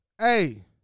hey